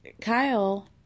Kyle